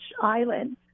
island